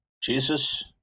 Jesus